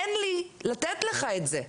אין לי לתת לך את זה.